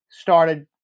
started